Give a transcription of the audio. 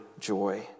joy